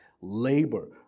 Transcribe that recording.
labor